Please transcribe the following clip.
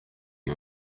iyo